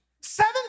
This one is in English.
Seven